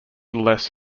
little